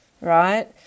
right